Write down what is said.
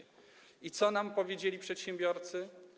I co nam powiedzieli przedsiębiorcy?